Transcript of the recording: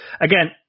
again